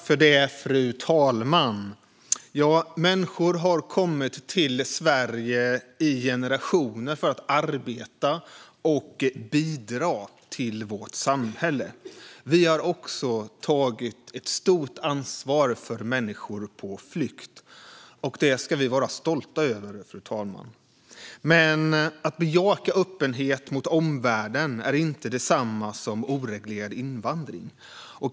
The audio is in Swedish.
Fru talman! Människor har kommit till Sverige i generationer för att arbeta och bidra till vårt samhälle. Vi har också tagit ett stort ansvar för människor på flykt. Det ska vi vara stolta över. Men att bejaka öppenhet mot omvärlden är inte detsamma som oreglerad invandring.